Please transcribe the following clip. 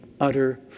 utter